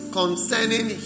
concerning